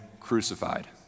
crucified